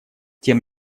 тем